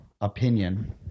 opinion